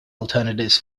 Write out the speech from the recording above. alternatives